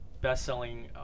best-selling